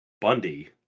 Bundy